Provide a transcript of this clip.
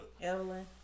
Evelyn